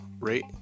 rate